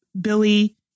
Billy